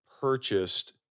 purchased